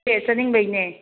ꯑꯦ ꯆꯠꯅꯤꯡꯕꯩꯅꯦ